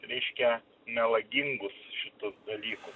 reiškia melagingus šitus dalykus